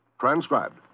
Transcribed